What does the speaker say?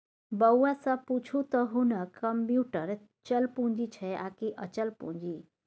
बौआ सँ पुछू त हुनक कम्युटर चल पूंजी छै आकि अचल पूंजी